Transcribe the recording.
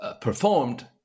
performed